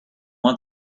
want